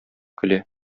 көлә